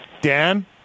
Dan